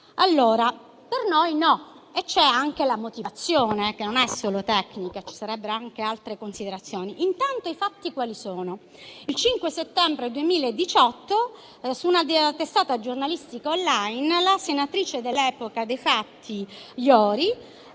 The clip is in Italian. non è così e c'è anche la motivazione, che non è solo tecnica, ma ci sarebbero anche altre considerazioni da fare. Intanto i fatti quali sono? Il 5 settembre 2018, su una testata giornalistica *online*, Iori, senatrice all'epoca dei fatti,